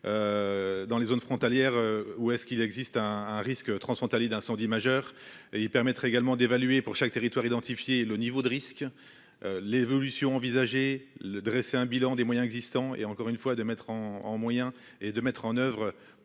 Dans les zones frontalières où est-ce qu'il existe un un risque transfrontalier d'incendie majeur et il permettrait également d'évaluer pour chaque territoire identifier le niveau de risque. L'évolution envisagée le dresser un bilan des moyens existants et encore une fois, de mettre en en moyen et de mettre en oeuvre.